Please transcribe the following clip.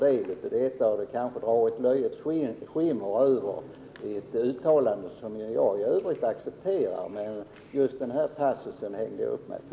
Med en sådan skrivning blir det kanske ett löjets skimmer över ett uttalande som jag i övrigt accepterar. Just den nämnda passusen hänger jag dock upp mig på.